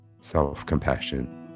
self-compassion